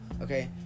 okay